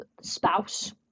spouse